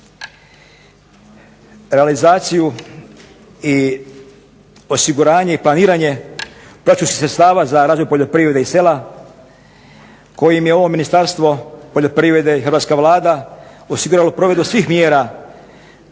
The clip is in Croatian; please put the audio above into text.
realizaciju i osiguranje i planiranje procesnih sredstava za razvoj poljoprivrede i sela kojim je ovo Ministarstvo poljoprivrede i hrvatska Vlada osiguralo provedbu svih mjera